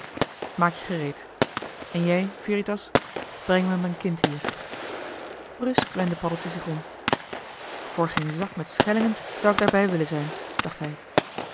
maak je gereed en jij veritas breng me m'n kind hier bruusk wendde paddeltje zich om voor geen zak met schellingen zou ik daar bij willen zijn dacht hij